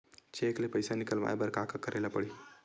Cheque ले पईसा निकलवाय बर का का करे ल पड़हि?